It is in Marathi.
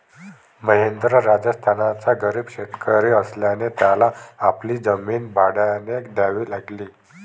महेंद्र राजस्थानचा गरीब शेतकरी असल्याने त्याला आपली जमीन भाड्याने द्यावी लागली